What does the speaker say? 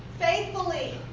Faithfully